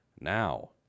now